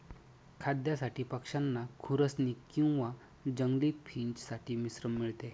खाद्यासाठी पक्षांना खुरसनी किंवा जंगली फिंच साठी मिश्रण मिळते